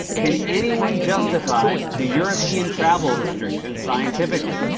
can anyone justify the european travel restrictions, scientifically?